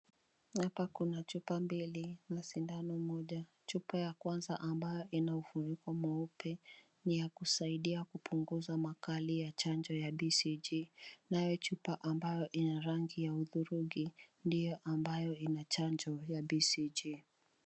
Hapa kuna chupa mbili na sindano moja. Chupa ya kwanza ambayo ina ufuniko mweupe ni ya kusaidia kupunguza makali ya chanjo ya BCG nayo chupa ambayo ina rangi ya hudhurungi ndiyo ambayo ina chanjo ya BCG.